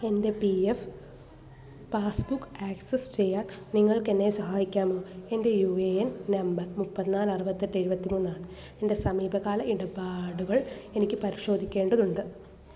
എന്റെ P F passbook access ചെയ്യാൻ നിങ്ങൾക്ക് എന്നെ സഹായിക്കാമോ എന്റെ യൂ ഏ എൻ നമ്പർ മുപ്പത്തിനാല് അറുപത്തെട്ട് എഴുപത്തിമൂന്ന് ആണ് എന്റെ സമീപകാല ഇടപാടുകൾ എനിക്ക് പരിശോധിക്കേണ്ടതുണ്ട്